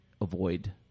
avoid